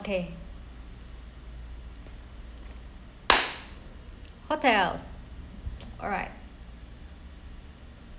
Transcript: okay hotel alright